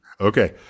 Okay